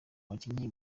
abakinnyi